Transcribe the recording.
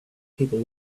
people